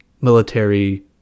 military